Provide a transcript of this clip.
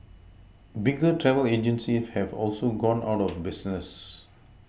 bigger travel agencies have also gone out of business